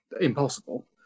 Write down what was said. impossible